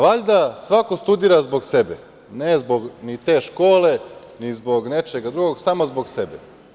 Valjda svako studira zbog sebe, ne zbog ni te škole, ni zbog nečega drugog, samo zbog sebe.